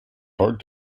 hard